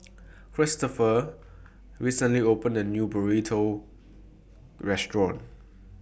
Kristopher recently opened A New Burrito Restaurant